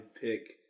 pick